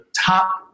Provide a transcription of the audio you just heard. top